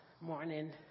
morning